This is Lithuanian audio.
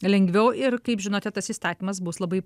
lengviau ir kaip žinote tas įstatymas bus labai